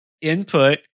input